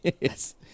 Yes